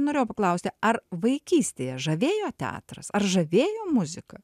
norėjau paklausti ar vaikystėje žavėjo teatras ar žavėjo muzika